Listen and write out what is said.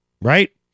right